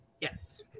Yes